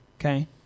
Okay